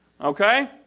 okay